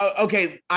Okay